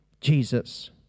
Jesus